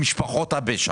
במשפחות הפשע.